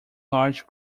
large